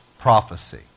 prophecy